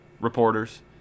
reporters